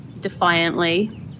defiantly